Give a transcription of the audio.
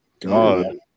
God